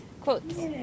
quotes